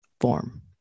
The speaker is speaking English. form